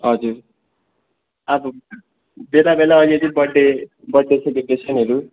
हजुर अब बेला बेला अलिअलि बर्थडे बर्थडे सेलिब्रेसनहरू